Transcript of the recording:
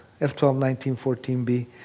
F-1219-14B